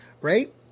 right